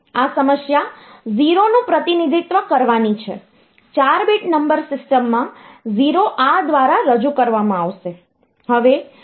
આ સમસ્યા 0 નું પ્રતિનિધિત્વ કરવાની છે 4 બીટ નંબર સિસ્ટમમાં 0 આ દ્વારા રજૂ કરવામાં આવશે